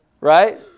Right